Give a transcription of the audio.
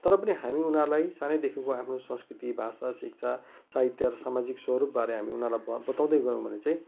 तर पनि हामी उनीहरूलाई सानैदेखिको आफ्नो संस्कृति भाषा शिक्षा साहित्य र सामाजिक स्वरूपबारे हामी उनीहरूलाई ब बताउँदै गयौँ भने चाहिँ